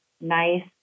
nice